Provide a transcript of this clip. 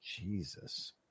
Jesus